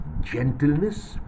gentleness